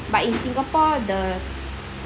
but in singapore the